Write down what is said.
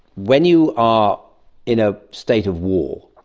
when you are in a state of war,